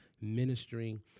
ministering